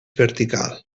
vertical